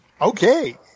Okay